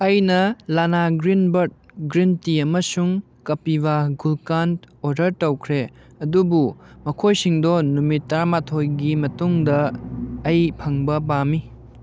ꯑꯩꯅ ꯂꯥꯅꯥ ꯒ꯭ꯔꯤꯟ ꯕꯥꯔꯠ ꯒ꯭ꯔꯤꯟ ꯇꯤ ꯑꯃꯁꯨꯡ ꯀꯥꯄꯤꯕꯥ ꯒꯨꯜꯀꯥꯟ ꯑꯣꯗꯔ ꯇꯧꯈ꯭ꯔꯦ ꯑꯗꯨꯕꯨ ꯃꯈꯣꯏꯁꯤꯡꯗꯣ ꯅꯨꯃꯤꯠ ꯇꯔꯥ ꯃꯊꯣꯏꯒꯤ ꯃꯇꯨꯡꯗ ꯑꯩ ꯐꯪꯕ ꯄꯥꯝꯃꯤ